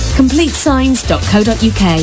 completeSigns.co.uk